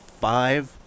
five